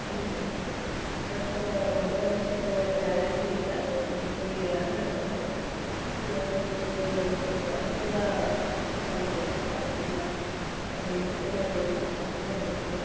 ತಂದುಕೊಟ್ರು but mobile ಅಷ್ಟು clarity ಇಲ್ಲ ಜೊತೆಗೆ ಆ್ಯಂಗ್ ಆಗುತ್ತೆ ಜೊತೆಗೆ ಅದು ಕೂಡ ಅಷ್ಟು ಚೆನ್ನಾಗಿ ವರ್ಕ್ ಆಗ್ತಿಲ್ಲ ನೆಟ್ ಎಲ್ಲ ಬೇಗ ಖಾಲಿ ಆಗುತ್ತೆ